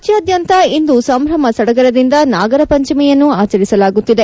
ರಾಜ್ಯಾದ್ಯಂತ ಇಂದು ಸಂಭ್ರಮ ಸಡಗರದಿಂದ ನಾಗರ ಪಂಚಮಿಯನ್ನು ಆಚರಿಸಲಾಗುತ್ತಿದೆ